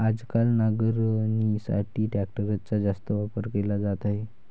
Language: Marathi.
आजकाल नांगरणीसाठी ट्रॅक्टरचा जास्त वापर केला जात आहे